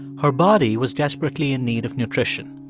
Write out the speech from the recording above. her body was desperately in need of nutrition.